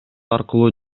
аркылуу